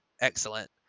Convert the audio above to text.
excellent